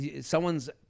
someone's